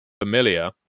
familiar